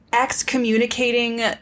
excommunicating